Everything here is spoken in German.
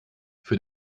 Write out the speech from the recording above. für